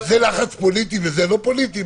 זה לחץ פוליטי וזה לא פוליטי?